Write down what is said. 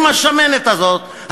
עם השמנת הזאת,